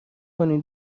کنین